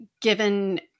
given